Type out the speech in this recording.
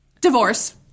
Divorce